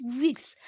weeks